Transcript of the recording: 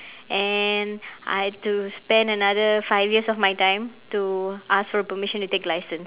and I had to spend another five years of my time to ask for permission to take license